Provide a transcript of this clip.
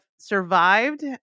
survived